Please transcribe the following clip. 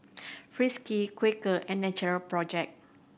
Friskies Quaker and Natural Project